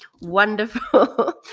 wonderful